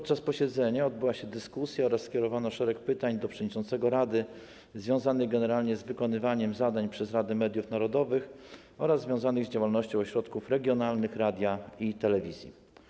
W czasie posiedzenia odbyła się dyskusja oraz skierowano szereg pytań do przewodniczącego rady związanych generalnie z wykonywaniem zadań przez Radę Mediów Narodowych oraz działalnością ośrodków regionalnych radia i telewizji.